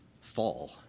fall